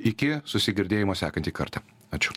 iki susigirdėjimo sekantį kartą ačiū